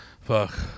Fuck